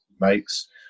makes